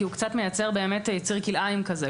כי הוא קצת מייצר באמת ייצור כלאיים כזה,